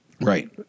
Right